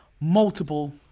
multiple